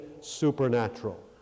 supernatural